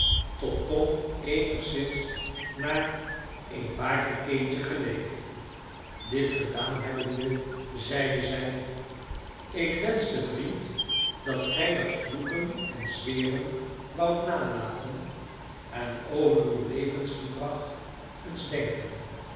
tot tom eenigszins naar een bakerkindje geleek dit gedaan hebbende zeide zij ik wenschte vriend dat gij dat vloeken en zweren woudt nalaten en over uw levensgedrag eens denken